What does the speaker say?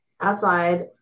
outside